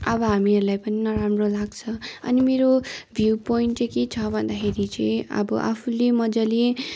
अब हामीहरूलाई पनि नराम्रो लाग्छ अनि मेरो भ्यू पाइन्ट चाहिँ के छ भन्दाखेरि चाहिँ अब आफूले मजाले